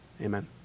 Amen